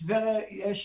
וכנ"ל העיר טבריה.